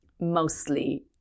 mostly